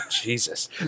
Jesus